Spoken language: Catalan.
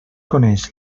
coneix